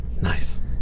Nice